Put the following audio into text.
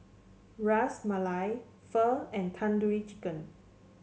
Ras Malai Pho and Tandoori Chicken